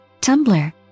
Tumblr